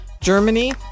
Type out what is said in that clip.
Germany